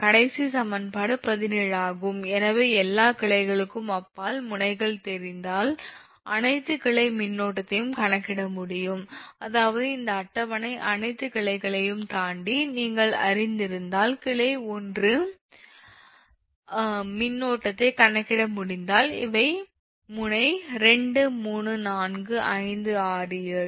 கடைசி சமன்பாடு 17 ஆகும் எனவே எல்லா கிளைகளுக்கும் அப்பால் முனைகள் தெரிந்தால் அனைத்து கிளை மின்னோட்டத்தையும் கணக்கிட முடியும் அதாவது இந்த அட்டவணை அனைத்து கிளைகளையும் தாண்டி நீங்கள் அறிந்திருந்தால் கிளை 1 மின்னோட்டத்தை கணக்கிட முடிந்தால் இவை முனை 2345678